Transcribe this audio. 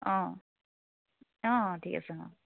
অঁ অঁ অঁ ঠিক আছে অঁ